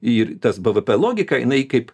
ir tas bvp logika jinai kaip